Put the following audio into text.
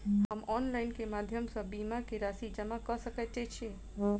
हम ऑनलाइन केँ माध्यम सँ बीमा केँ राशि जमा कऽ सकैत छी?